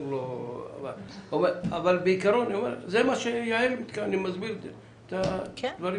אבל בעקרון, זה מה שיעל, אני מסביר את הדברים שלה.